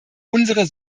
unsere